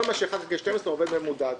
כל מה שהוא 1/12 עובד ממודד,